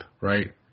right